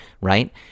Right